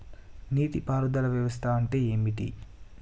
నీటి పారుదల వ్యవస్థ అంటే ఏంటి?